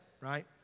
right